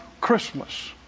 Christmas